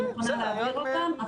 אני מוכנה להעביר אותם,